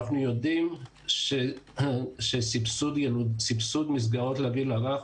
אנחנו יודעים שסבסוד מסגרות לגיל הרך